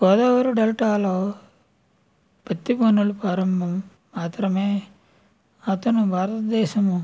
గోదావరి డెల్టాలో పత్తి పనులు ప్రారంభం ఆతరమే అతను భారతదేశము